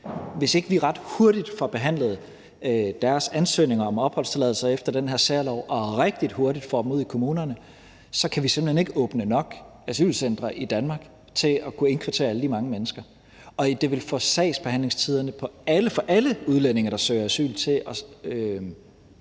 Hvis ikke vi ret hurtigt får behandlet deres ansøgninger om opholdstilladelse efter den her særlov og rigtig hurtigt får dem ud i kommunerne, så kan vi simpelt hen ikke åbne nok asylcentre i Danmark til at kunne indkvartere alle de mange mennesker, og det ville få sagsbehandlingstiderne for alle udlændinge, der søger asyl, til at